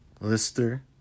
Lister